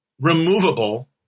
removable